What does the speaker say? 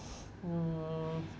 mm